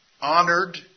honored